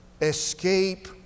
escape